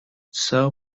sell